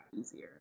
easier